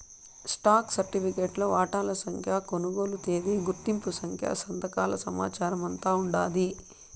stock సరిఫికెట్లో వాటాల సంఖ్య, కొనుగోలు తేదీ, గుర్తింపు సంఖ్య, సంతకాల సమాచారమంతా ఉండాది